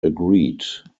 agreed